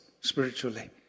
spiritually